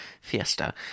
fiesta